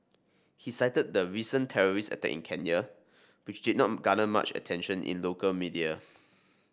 he cited the recent terrorist attack in Kenya which did not garner much attention in local media